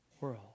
world